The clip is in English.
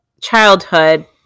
childhood